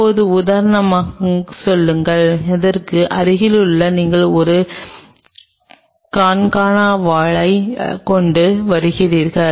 இப்போது உதாரணமாகச் சொல்லுங்கள் இதற்கு அருகிலேயே நீங்கள் ஒரு கான்கனா வாலைக் கொண்டு வருகிறீர்கள்